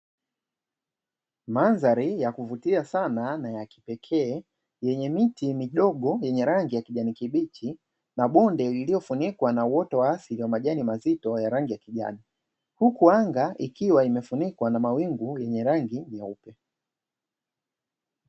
Madhari ya kuvutia sana na ya kipekee, yenye miti midogo yenye rangi ya kijani kibichi na bonde lililofunikwa na uoto wa asili wa majani mazito ya rangi ya kijani, huku anga ikiwa imefunikwa na mawingu yenye rangi nyeupe.